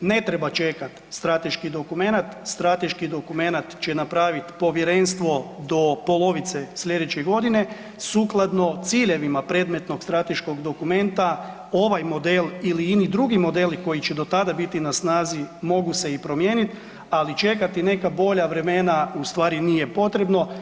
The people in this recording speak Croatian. ne treba čekati strateški dokumenat, strateški dokumenat će napraviti povjerenstvo do polovice sljedeće godine sukladno ciljevima predmetnog strateškog dokumenta ovaj model ili ini drugi modeli koji će do tada biti na snazi mogu se promijenit, ali čekati neka bolja vremena ustvari nije potrebno.